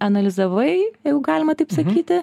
analizavai jeigu galima taip sakyti